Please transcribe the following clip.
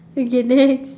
okay next